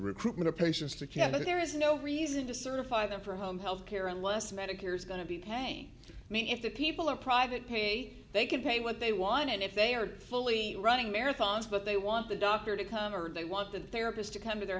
recruitment of patients to canada there is no reason to certify them for home health care unless medicare is going to be paying me if the people are private pay they can pay what they want and if they are fully running marathons but they want the doctor to come or they want that they are opposed to come to their